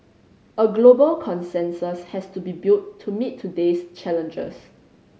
a global consensus has to be built to meet today's challenges